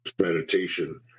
meditation